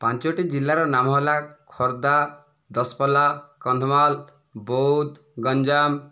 ପାଞ୍ଚୋଟି ଜିଲ୍ଲାର ନାମ ହେଲା ଖୋର୍ଦ୍ଧା ଦଶପଲ୍ଲା କନ୍ଧମାଳ ବୌଦ୍ଧ ଗଞ୍ଜାମ